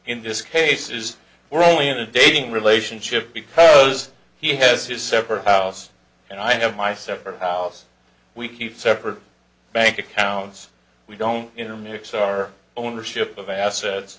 in this case is we're only in a dating relationship because he has his separate house and i have my separate house we keep separate bank accounts we don't you know mix our ownership of a